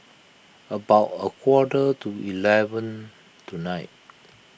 about a quarter to eleven tonight